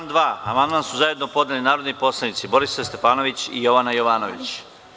Na član 2. amandman su zajedno podneli narodni poslanici Borislav Stefanović i Jovana Jovanović.